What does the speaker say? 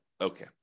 Okay